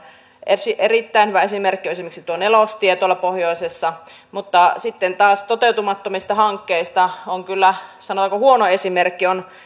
erittäin hyvä esimerkki on esimerkiksi tuo nelostie tuolla pohjoisessa mutta sitten taas toteutumattomista hankkeista on kyllä sanonko huono esimerkki